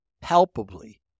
palpably